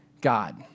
God